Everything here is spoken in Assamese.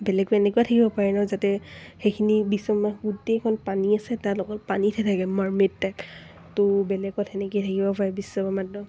বেলেগে এনেকুৱা থাকিব পাৰে ন যাতে সেইখিনি বিশ্বব্ৰক্ষ্মাণ্ডখন গোটেইখন পানী আছে তাৰ লগত পানীতহে থাকে মাৰ্মেড টাইপ ত' বেলেগত তেনেকেই থাকিব পাৰে বিশ্বব্ৰক্ষ্মাণ্ড